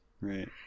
right